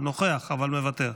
מוותר,